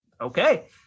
Okay